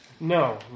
No